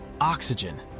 Oxygen